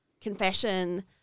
confession